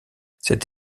cette